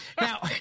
Now